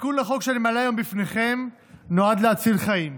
התיקון לחוק שאני מעלה היום בפניכם נועד להציל חיים,